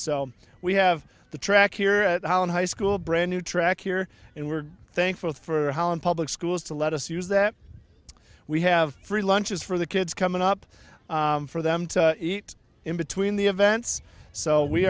so we have the track here at holland high school a brand new track here and we're thankful for holland public schools to let us use that we have free lunches for the kids coming up for them to eat in between the events so we